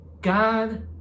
God